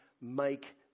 make